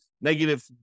negative